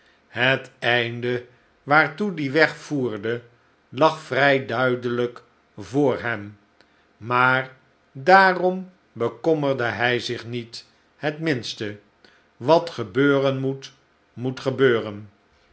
hadingeslagen heteinde waartoe die weg voerde lag vrij duidelijk voor hem maar daarom bekommerde hij zich niet het minste wat gebeuren moet moet gebeuren